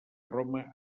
roma